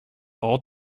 all